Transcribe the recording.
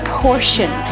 portion